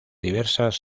diversas